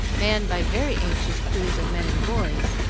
manned by very anxious crews of men and boys,